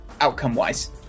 outcome-wise